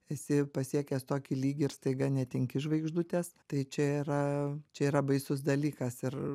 esi pasiekęs tokį lygį ir staiga netenki žvaigždutės tai čia yra čia yra baisus dalykas ir